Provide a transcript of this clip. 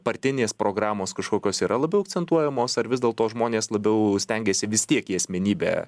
partinės programos kažkokios yra labiau akcentuojamos ar vis dėlto žmonės labiau stengiasi vis tiek į asmenybę